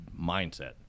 mindset